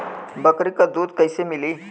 बकरी क दूध कईसे मिली?